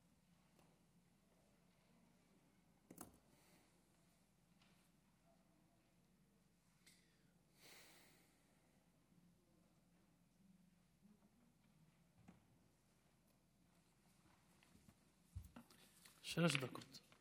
שלוש דקות.